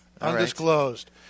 Undisclosed